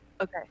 Okay